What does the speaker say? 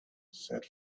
said